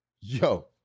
Yo